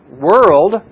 world